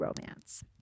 romance